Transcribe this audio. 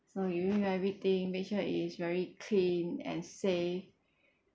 so everything make sure it's very clean and safe